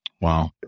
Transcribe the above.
Wow